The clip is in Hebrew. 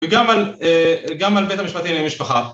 וגם על, אה... גם על בית המשפט לענייני משפחה